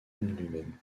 même